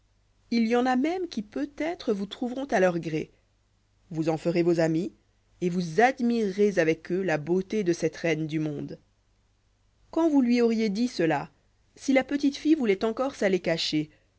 il y en a même qui peut-être vous trouveront â leur gré vous en ferez vos amis et vous admirerez avec eux la beauté de cette reine du monde quand vous lui auriez dit cela si la petite fille vouloit encore s'aller cacher